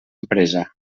empresa